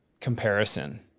comparison